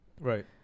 right